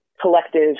collective